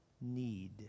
need